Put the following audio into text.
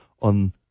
on